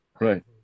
Right